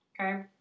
Okay